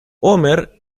homer